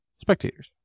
spectators